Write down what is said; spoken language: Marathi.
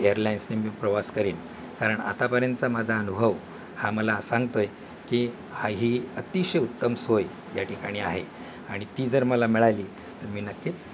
एअरलाईन्सने मी प्रवास करेन कारण आतापर्यंतचा माझा अनुभव हा मला सांगतो आहे की हा ही अतिशय उत्तम सोय या ठिकाणी आहे आणि ती जर मला मिळाली तर मी नक्कीच